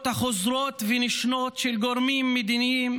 החוזרות והנשנות של גורמים מדיניים,